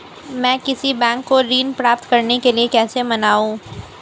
मैं किसी बैंक को ऋण प्राप्त करने के लिए कैसे मनाऊं?